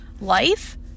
life